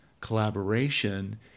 collaboration